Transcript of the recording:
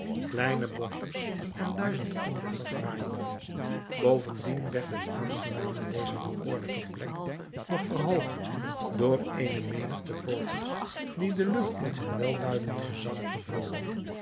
kleine boschjes en duizend andere verfraaijingen bovendien werd het aangename dezer bekoorlijke plek nog verhoogd door eene menigte vogels die de lucht met hun welluidend gezang vervulden